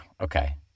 Okay